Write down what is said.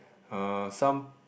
uh some